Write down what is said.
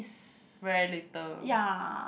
ya